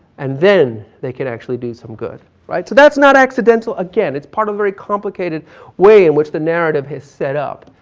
and then they can actually do some good. right? so that's not accidental again. it's part of a very complicated way in which the narrative has set up,